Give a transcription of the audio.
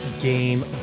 Game